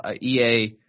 EA